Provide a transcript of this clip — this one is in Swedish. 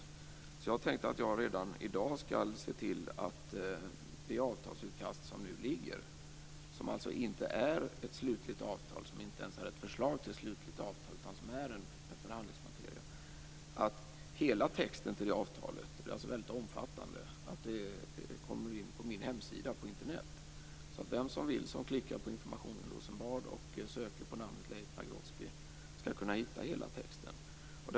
Jag har därför tänkt att jag redan i dag skall se till att hela texten till det avtalsutkast som nu föreligger och som alltså inte är ett slutligt avtal - inte ens ett förslag till ett slutligt avtal utan bara en förhandlingsmateria - kommer in på min hemsida på Internet. Det är en mycket omfattande text. Alla som klickar på Information Rosenbad och söker på namnet Leif Pagrotsky skall kunna hitta hela denna text.